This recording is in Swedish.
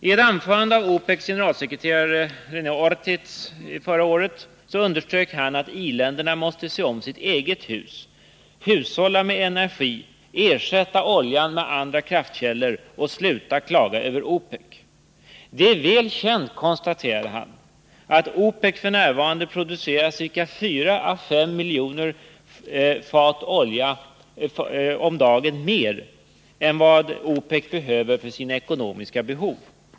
I ett anförande förra året underströk OPEC:s generalsekreterare Rene Ortiz att i-länderna måste se om sitt eget hus, hushålla med energi, ersätta oljan med andra kraftkällor och sluta klaga över OPEC. Det är väl känt, konstaterade han, att OPEC f. n. producerar 4 å 5 miljoner fat mer olja per dag än vad OPEC behöver för sina ekonomiska behov.